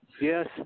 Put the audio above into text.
Yes